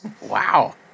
Wow